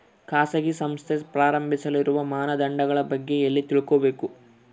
ಖಾಸಗಿ ಸಂಸ್ಥೆ ಪ್ರಾರಂಭಿಸಲು ಇರುವ ಮಾನದಂಡಗಳ ಬಗ್ಗೆ ಎಲ್ಲಿ ತಿಳ್ಕೊಬೇಕು?